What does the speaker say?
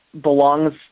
belongs